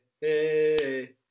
hey